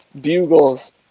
Bugles